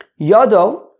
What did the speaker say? Yodo